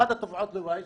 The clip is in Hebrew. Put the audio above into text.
אחת מתופעות הלוואי,